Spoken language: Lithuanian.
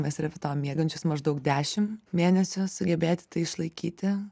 mes repetavom miegančius maždaug dešim mėnesių sugebėti tai išlaikyti